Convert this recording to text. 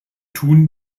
tun